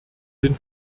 den